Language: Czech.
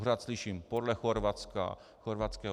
Pořád slyším podle Chorvatska, chorvatského.